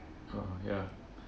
orh ya